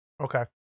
Okay